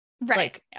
right